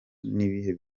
n’ibihe